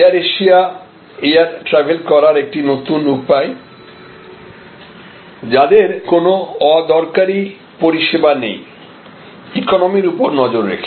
air Asia air travel করার একটি নতুন উপায় যাদের কোন অদরকারি পরিষেবা নেই ইকোনমির উপর নজর রেখে